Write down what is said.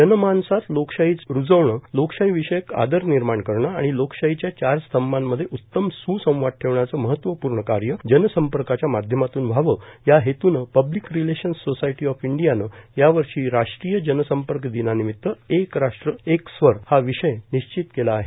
जनमानसात लोकशाहीची मुल्ये रूजविणे लोकशाहीविषयक आदर निर्माण करणे आणि लोकशाहीच्या चार स्तंभांमध्ये उत्तम सुसंवाद ठेवण्याचे महत्वपूर्ण कार्य जनसंपर्काच्या माध्यमातून व्हावे या हेतूने पब्लिक रिलेशन्स सोसायटी ऑफ इंडियाने यावर्षी राष्ट्रीय जनसंपर्क दिनानिमित्त एक राष्ट्र एक संकल्प एक स्वर हा विषय निश्चित केला आहे